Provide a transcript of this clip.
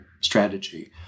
strategy